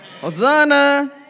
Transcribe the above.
Hosanna